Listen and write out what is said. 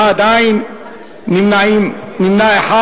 בעד, אין, נמנע אחד.